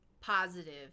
positive